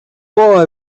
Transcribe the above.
boy